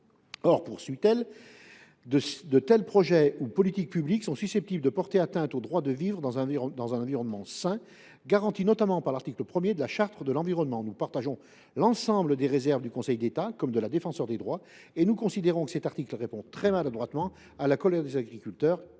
opposants. […] De tels projets ou politiques publiques sont susceptibles de porter atteinte au droit de vivre dans un environnement sain, garanti notamment par l’article 1 de la Charte de l’environnement. » Nous partageons l’ensemble des réserves formulées par le Conseil d’État et la Défenseure des droits, et nous considérons que cet article répond très maladroitement à la colère des agriculteurs.